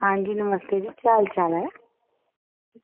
आं जी नमस्ते जी केह् हाल चाल ऐ